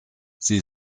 sie